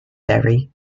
very